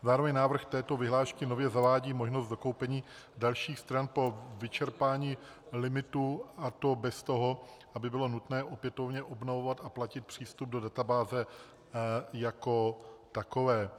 Zároveň návrh této vyhlášky nově zavádí možnost dokoupení dalších stran po vyčerpání limitu, a to bez toho, aby bylo nutné opětovně obnovovat a platit přístup do databáze jako takové.